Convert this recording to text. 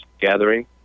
gathering